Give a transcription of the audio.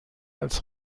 als